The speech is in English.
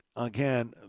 again